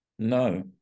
No